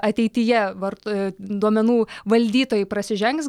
ateityje vart aa duomenų valdytojai prasižengs